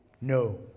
No